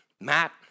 Matt